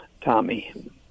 tommy